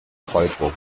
falco